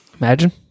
imagine